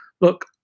Look